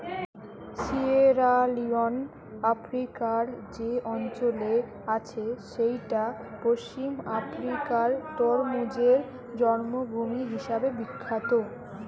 Sierra Leone আফ্রিকার যে অঞ্চলে আছে সেইটা পশ্চিম আফ্রিকার তরমুজের জন্মভূমি হিসাবে বিখ্যাত